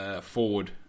forward